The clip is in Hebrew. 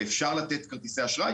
ואפשר לתת כרטיסי אשראי.